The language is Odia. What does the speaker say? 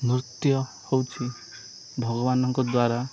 ନୃତ୍ୟ ହେଉଛି ଭଗବାନଙ୍କ ଦ୍ୱାରା